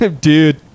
dude